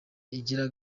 igira